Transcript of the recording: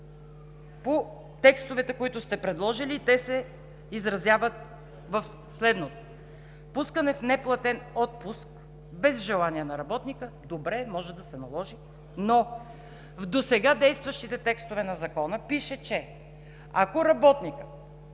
По текстовете, които сте предложили, те се изразяват в следното: пускане в неплатен отпуск без желание на работника – добре, може да се наложи. Но в досега действащите текстове на Закона пише, че ако работник